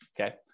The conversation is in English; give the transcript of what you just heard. okay